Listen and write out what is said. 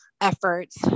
efforts